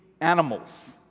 Animals